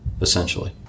essentially